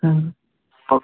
কওক